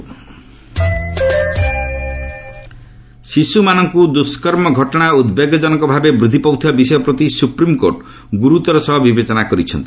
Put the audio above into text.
SC child rapes ଶିଶୁମାନଙ୍କୁ ଦୁଷ୍କର୍ମ ଘଟଣା ଉଦ୍ବେଗଜନକ ଭାବେ ବୃଦ୍ଧି ପାଉଥିବା ବିଷୟ ପ୍ରତି ସୁପ୍ରିମ୍କୋର୍ଟ ଗୁରୁତର ସହ ବିବେଚନା କରିଛନ୍ତି